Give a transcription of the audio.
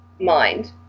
mind